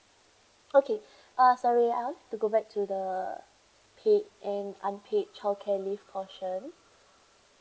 okay uh sorry I want to go back to the paid and unpaid childcare leave portion